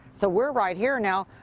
so we're right here now.